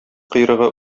койрыгы